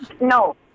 no